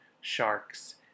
sharks